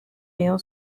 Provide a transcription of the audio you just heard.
rayon